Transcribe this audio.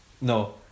no